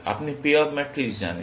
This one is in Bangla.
আপনি পে অফ ম্যাট্রিক্স জানেন